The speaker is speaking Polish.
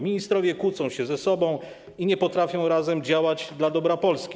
Ministrowie kłócą się ze sobą i nie potrafią razem działać dla dobra Polski.